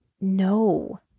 No